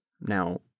Now